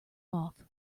off